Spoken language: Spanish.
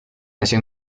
nació